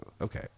okay